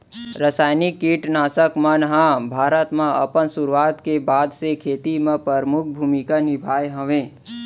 रासायनिक किट नाशक मन हा भारत मा अपन सुरुवात के बाद से खेती मा परमुख भूमिका निभाए हवे